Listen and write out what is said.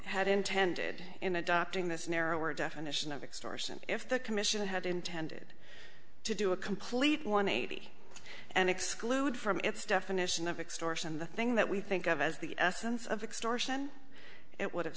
had intended in adopting this narrower definition of extortion if the commission had intended to do a complete one eighty and exclude from its definition of extortion the thing that we think of as the essence of extortion it would have